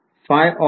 विध्यार्थी